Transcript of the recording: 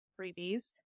freebies